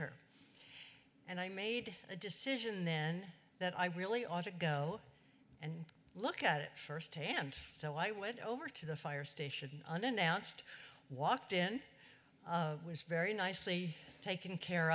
er and i made a decision then that i really ought to go and look at it firsthand so i went over to the fire station unannounced walked in was very nicely taken care